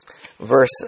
verse